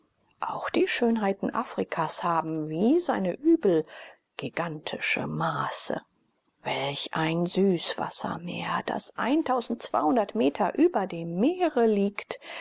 auch die schönheiten afrikas haben wie seine übel gigantische maße welch ein süßwassermeer das meter über dem meere liegt